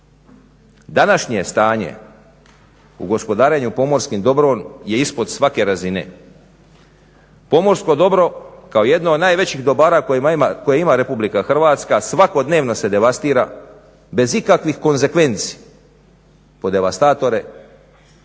Današnje stanje u gospodarenju pomorskim dobrom je ispod svake razine. Pomorsko dobro kao jedno od najvećih dobara koje ima Republika Hrvatska svakodnevno se devastira bez ikakvih konzekvenci